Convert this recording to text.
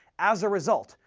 as a result,